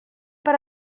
per